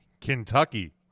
Kentucky